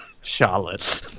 Charlotte